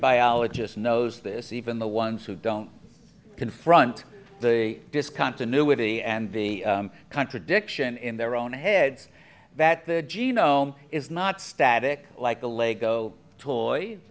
biologist knows this even the ones who don't confront the discontinuity and the contradiction in their own heads that the genome is not static like a lego toy